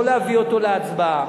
לא להביא אותו להצבעה.